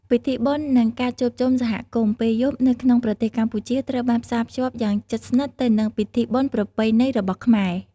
ពិធីបុណ្យ និងការជួបជុំសហគមន៍ពេលយប់នៅក្នុងប្រទេសកម្ពុជា ត្រូវបានផ្សារភ្ជាប់យ៉ាងជិតស្និទ្ធទៅនឹងពិធីបុណ្យប្រពៃណីរបស់ខ្មែរ។